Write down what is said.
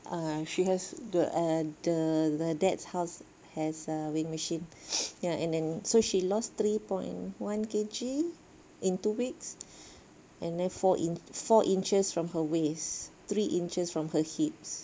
ah she has the the dad's house has a weighing machine ya and then so she lost three point one K_G in two weeks and then four inches from her waist three inches from her hips